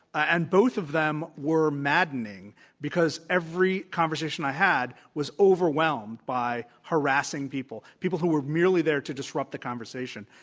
and both of them were maddening because every conversation i had was overwhelmed by harassing people, people who were merely there to disrupt the conversation,